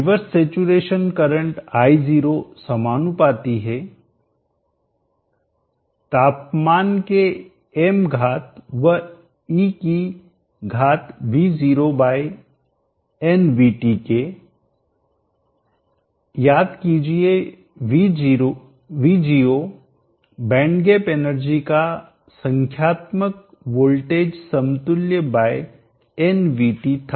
reverse saturation current I0 समानुपाती है तापमान के m घात व e की घात VGO बाय nVT के याद कीजिए VGO बैंड गैप एनर्जी का संख्यात्मक वोल्टेज समतुल्य बाय nVT था